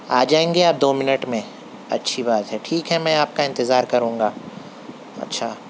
آجائیں گے آپ دو منٹ میں اچھی بات ہے ٹھیک ہے میں آپ کا انتظار کروں گا اچھا